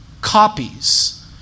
copies